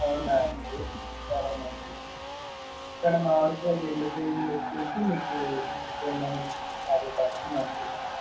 అవునా అండి సరేనండి ఇక్కడ మామిడి కాయలు రెండు కేజీలు వచ్చి మీకు రెండు వందల యాభై పడుతుంది అండి